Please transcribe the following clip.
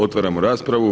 Otvaram raspravu.